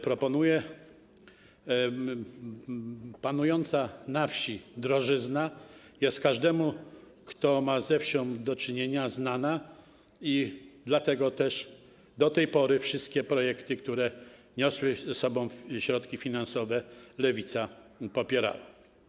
Panująca na wsi drożyzna jest każdemu, kto ma ze wsią do czynienia, znana i dlatego do tej pory wszystkie projekty, które niosły za sobą środki finansowe, Lewica popierała.